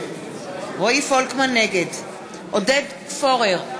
נגד עודד פורר,